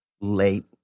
late